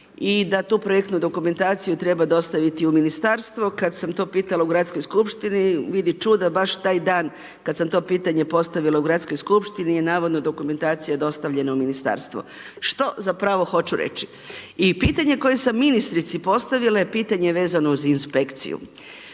i da tu projektnu dokumentaciju treba dostaviti u ministarstvu, kad sam to pitala u Gradskoj skupštini, vidi čuda, baš taj dan kad sam to pitanje postavila u Gradskoj skupštini je navodna dokumentacija dostavljena u ministarstvo. Što zapravo hoću reći? I pitanje koje sam ministrici postavila je pitanje vezano uz inspekciju.